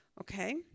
Okay